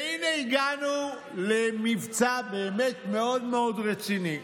והינה הגענו למבצע באמת מאוד מאוד רציני,